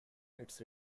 its